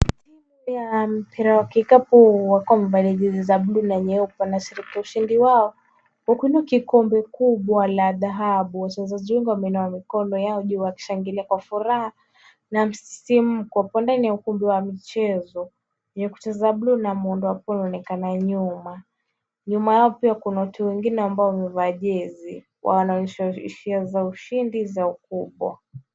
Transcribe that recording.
Timu ya mpira wa kikapu wakiwa wamevalia jezi za buluu na nyeupe. Wanasherekea ushindi wao, wakiinua kombe kubwa la dhahabu. Wachezaji wengi wameinua mikono yao juu wakishangilia kwa furaha na msisimko. Wako ndani ya ukumbi wa michezo, wenye kuta za bluu na muundo ambao unaonekana nyuma. Nyuma yao pia kuna watu wengine ambao wamevaa jezi, kubwa wanaonyesha hisia za ushindi za ukubwa.